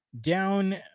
down